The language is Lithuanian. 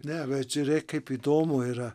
ne bet žiūrėk kaip įdomu yra